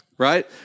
right